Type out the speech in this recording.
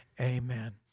Amen